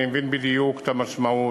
אני מבין בדיוק את המשמעות